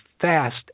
fast